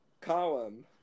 column